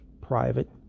private